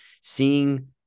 seeing